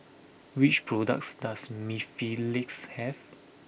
what products does Mepilex have